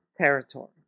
territory